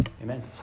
Amen